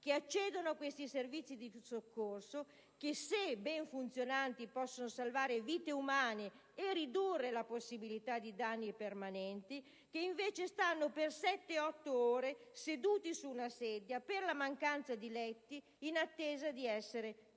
che accedono a questi servizi di soccorso, che - se ben funzionanti - possono salvare vite umane e ridurre la possibilità di danni permanenti. I pazienti, invece, stanno seduti per 7-8 ore su una sedia per la mancanza di letti, in attesa di essere